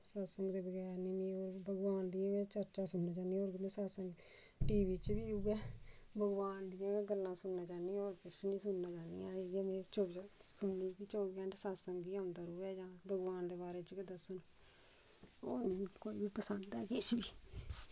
सतसंग दे बगैर नी मि ओह् भगवान दी गै चर्चा सुनना चाहन्नीं होर में सतसंग टी वी च बी उ'यै भगवान दियां गै गल्लां सुनना चाहन्नी होर किश नी सुनना चाह्न्नी इ'यै में चौबी ने चौबी घैंटे सतसंग गै औंदा रवै जां भगवान दे बारे च गै दस्सन होर मि कोई नी पसंद ऐ किश बी